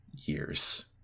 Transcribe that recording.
Years